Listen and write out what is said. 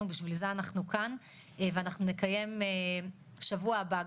בשביל זה אנחנו כאן ואנחנו נקיים שבוע הבא כבר,